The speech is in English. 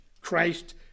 Christ